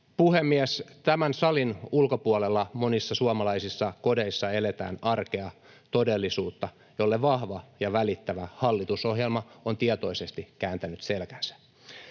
puhemies! Tämän salin ulkopuolella monissa suomalaisissa kodeissa eletään arkea, todellisuutta, jolle vahva ja välittävä hallitusohjelma on tietoisesti kääntänyt selkänsä.